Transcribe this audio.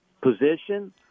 position